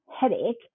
headache